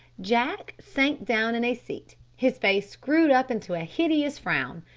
jack sank down in a seat, his face screwed up into a hideous frown,